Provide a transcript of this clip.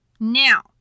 Now